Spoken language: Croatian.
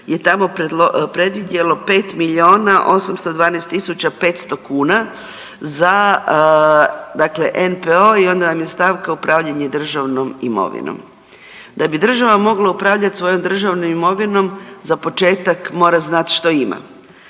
je tamo predvidjelo 5 milijuna 812 tisuća 500 kuna za NPO i onda vam je stavka upravljanje državnom imovinom. Da bio država mogla upravljati svojom državnom imovinom za početak mora znat što ima,